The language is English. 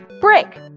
Brick